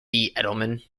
edelman